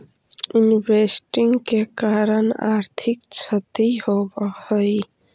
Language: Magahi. इन्वेस्टिंग के कारण आर्थिक क्षति होवऽ हई